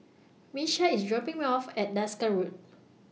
Miesha IS dropping Me off At Desker Road